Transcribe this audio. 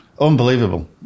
Unbelievable